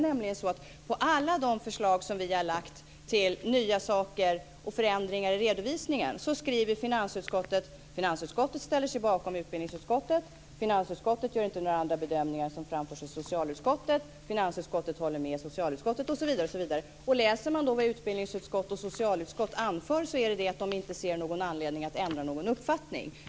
Angående alla de förslag som vi har lagt fram om nya saker och förändringar i redovisningen skriver finansutskottet att finansutskottet ställer sig bakom utbildningsutskottet, att finansutskottet inte gör några andra bedömningar än vad som framförts i socialutskottet, att finansutskottet håller med socialutskottet osv. Läser man vad utbildningsutskott och socialutskott anför framgår det att de inte ser någon anledning att ändra uppfattning.